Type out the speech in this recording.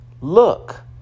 Look